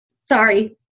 Sorry